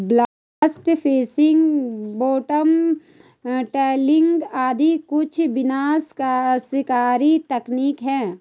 blast fishing, bottom trawling आदि कुछ विनाशकारी तकनीक है